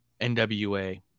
NWA